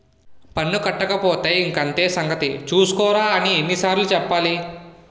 పన్ను కట్టకపోతే ఇంక అంతే సంగతి చూస్కోరా అని ఎన్ని సార్లు చెప్పాలి